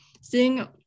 seeing